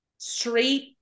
Straight